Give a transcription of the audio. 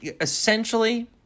essentially